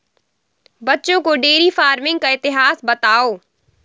बच्चों को dairy farming का इतिहास बताओ